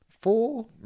four